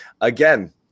again